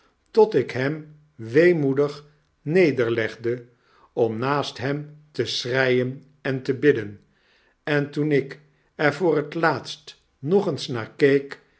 tot ik hem weemoedig nederlegde om naast hem te schreien en te bidden en toen ik er voor het laatst nog eens naar keek